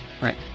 right